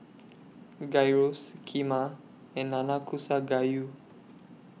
Gyros Kheema and Nanakusa Gayu